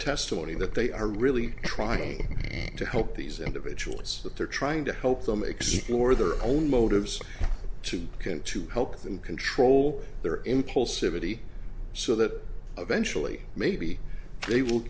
testimony that they are really trying to help these individuals that they're trying to help them explore their own motives to can to help them control their impulsivity so that eventually maybe they will